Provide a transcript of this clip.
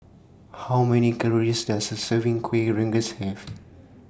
How Many Calories Does A Serving Kueh Rengas Have